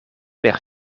per